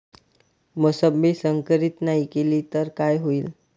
मोसंबी संकरित नाही केली तर काय होईल?